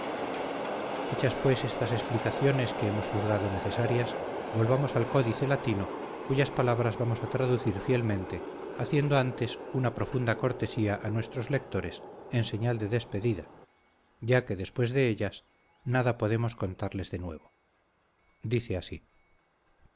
hechas pues estas explicaciones que hemos juzgado necesarias volvamos al códice latino cuyas palabras vamos a traducir fielmente haciendo antes una profunda cortesía a nuestros lectores en señal de despedida ya que después de ellas nada podemos contarles de nuevo dice así